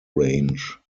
range